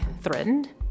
threatened